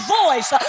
voice